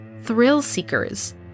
thrill-seekers